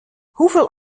hoeveel